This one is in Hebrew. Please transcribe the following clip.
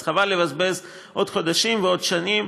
אז חבל לבזבז עוד חודשים ועוד שנים